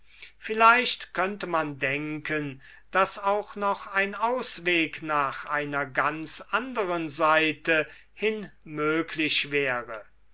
vielleicht könnte man denken daß auch noch ein ausweg nach einer ganz anderen seite hin möglich wäre